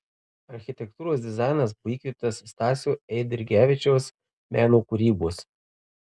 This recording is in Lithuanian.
architektūros dizainas buvo įkvėptas stasio eidrigevičiaus meno kūrybos